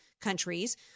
countries –